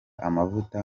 amavuta